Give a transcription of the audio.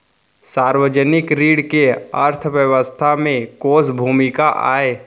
सार्वजनिक ऋण के अर्थव्यवस्था में कोस भूमिका आय?